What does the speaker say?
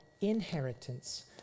inheritance